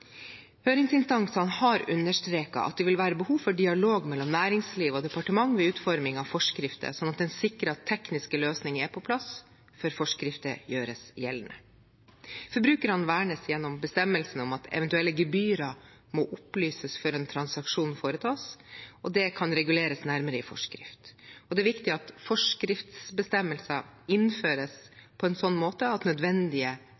Høringsinstansene har understreket at det vil være behov for dialog mellom næringsliv og departement ved utforming av forskrifter, sånn at en sikrer at tekniske løsninger er på plass før forskrifter gjøres gjeldende. Forbrukerne vernes gjennom bestemmelsen om at eventuelle gebyrer må opplyses om før en transaksjon foretas, og det kan reguleres nærmere i forskrift. Det er viktig at forskriftsbestemmelser innføres på en sånn måte at nødvendige